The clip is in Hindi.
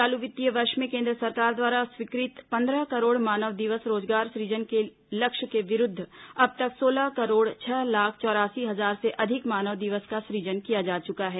चालू वित्तीय वर्ष में केन्द्र सरकार द्वारा स्वीकृत पंद्रह करोड़ मानव दिवस रोजगार सुजन के लक्ष्य के विरूद्व अब तक सोलह करोड़ छह लाख चौरासी हजार से अधिक मानव दिवस का सुजन किया जा चुका है